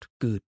good